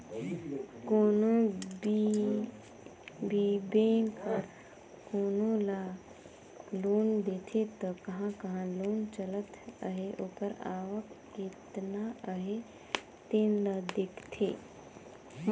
कोनो भी बेंक हर कोनो ल लोन देथे त कहां कहां लोन चलत अहे ओकर आवक केतना अहे तेन ल देखथे